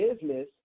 business